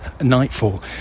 Nightfall